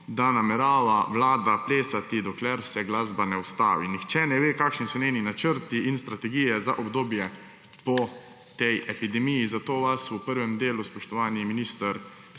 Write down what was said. da namerava vlada plesati, dokler se glasba ne ustavi. Nihče ne ve, kakšni so njeni načrti in strategije za obdobje po tej epidemiji. Zato vas v prvem delu, spoštovani minister,